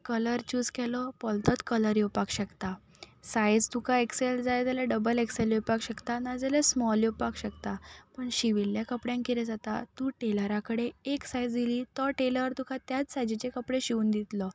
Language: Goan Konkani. कलर चूज केलो भलतोच कलर येवपाक शकता सायज तुका एक्सॅल जाय जाल्यार डबल एक्सॅल येवपाक शकता नाजाल्यार स्मॉल येवपाक शकता पूण शिंविल्ल्या कपड्यांक कितें जाता तूं टेलरा कडेन एक सायज दिली तो टेलर तुका त्यात सायजीचे कपडे शिंवून दितलो